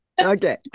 okay